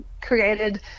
created